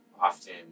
often